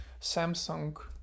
Samsung